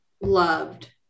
loved